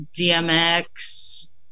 DMX